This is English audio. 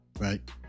Right